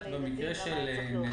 של הפוליטיקה הישראלית בעניין הזה.